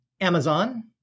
Amazon